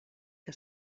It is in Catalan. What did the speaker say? que